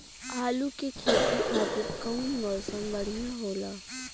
आलू के खेती खातिर कउन मौसम बढ़ियां होला?